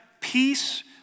peace